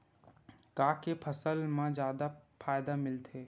का के फसल मा जादा फ़ायदा मिलथे?